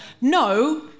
no